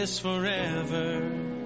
forever